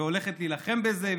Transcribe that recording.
הולכת להילחם בזה,